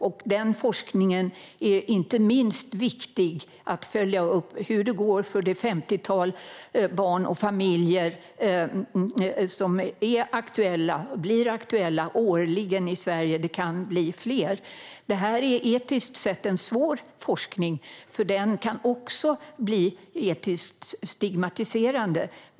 Inom den forskningen är det inte minst viktigt att följa upp hur det går för det femtiotal barn och familjer som årligen blir aktuella i Sverige; det kan bli fler. Detta är etiskt sett svår forskning, för den kan också bli etiskt stigmatiserande.